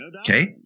Okay